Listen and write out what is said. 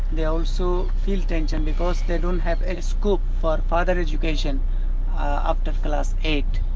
they also feel tension because they don't have any school for further education up to class eight,